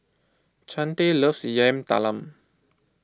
Chante loves Yam Talam